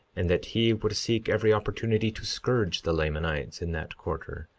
and that he would seek every opportunity to scourge the lamanites in that quarter,